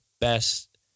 best